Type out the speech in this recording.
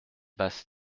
basse